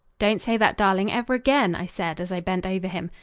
don't say that, darling, ever again, i said as i bent over him.